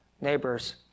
neighbors